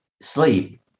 sleep